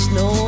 no